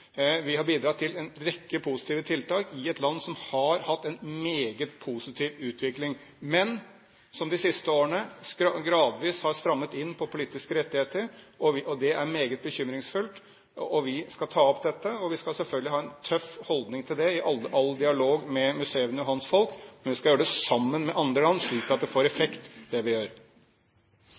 Vi har bidratt til en rekke positive tiltak i et land som har hatt en meget positiv utvikling, men som de siste årene gradvis har strammet inn på politiske rettigheter, og det er meget bekymringsfullt. Vi skal ta opp dette, og vi skal selvfølgelig ha en tøff holdning til det i all dialog med Museveni og hans folk. Men vi skal gjøre det sammen med andre land, slik at det vi gjør, får effekt. Det